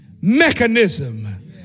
mechanism